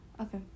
Okay